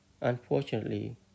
Unfortunately